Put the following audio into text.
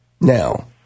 Now